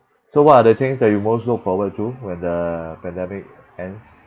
so what are the things that you most look forward to when the pandemic ends